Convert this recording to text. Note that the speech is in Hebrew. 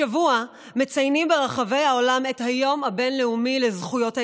השבוע מציינים ברחבי העולם את היום הבין-לאומי לזכויות הילד.